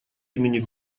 имени